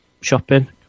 Shopping